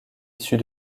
issus